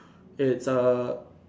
it's um